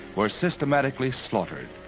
were systematically slaughtered.